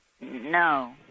No